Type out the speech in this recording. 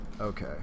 okay